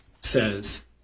says